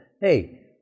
hey